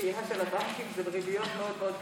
דחייה של הבנקים של ריביות מאוד מאוד קשות,